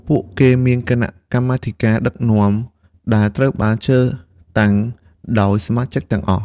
ពួកគេមានគណៈកម្មការដឹកនាំដែលត្រូវបានជ្រើសតាំងដោយសមាជិកទាំងអស់។